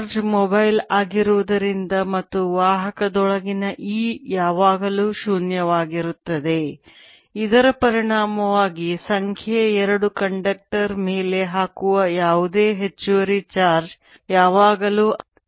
charge mobile ಆಗಿರುವುದರಿಂದ ಮತ್ತು ವಾಹಕದೊಳಗಿನ E ಯಾವಾಗಲೂ ಶೂನ್ಯವಾಗಿರುತ್ತದೆ ಇದರ ಪರಿಣಾಮವಾಗಿ ಸಂಖ್ಯೆ 2 ಕಂಡಕ್ಟರ್ ಮೇಲೆ ಹಾಕುವ ಯಾವುದೇ ಹೆಚ್ಚುವರಿ ಚಾರ್ಜ್ ಯಾವಾಗಲೂ ಅದರತ್ತ ಚಲಿಸುತ್ತದೆ